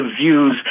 views